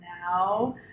now